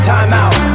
Timeout